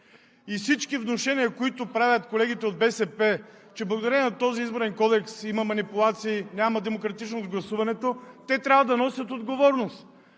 И всички внушения, които правят колегите от БСП, че благодарение на този изборен кодекс има манипулации, няма демократичност в гласуването – те трябва да носят отговорност.